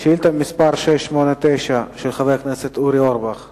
חבר הכנסת ניצן הורוביץ שאל את השר לשירותי דת